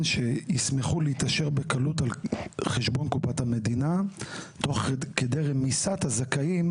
שישמחו להתעשר בקלות על חשבון קופת המדינה תוך כדי רמיסת הזכאים,